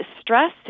stress